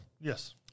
Yes